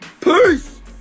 Peace